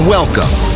Welcome